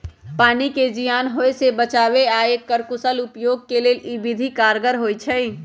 पानी के जीयान होय से बचाबे आऽ एकर कुशल उपयोग के लेल इ विधि कारगर होइ छइ